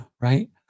right